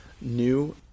new